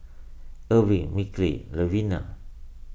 Erving Micky Levina